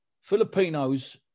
Filipinos